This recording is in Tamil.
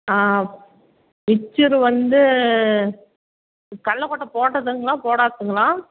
ஆ மிச்சரு வந்து கடலக் கொட்டை போட்டதுங்களா போடாததுங்களா